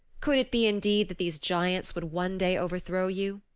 could it be indeed that these giants would one day overthrow you?